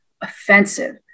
offensive